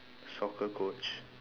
soccer coach